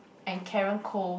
and Karen Koh